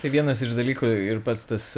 tai vienas iš dalykų ir pats tas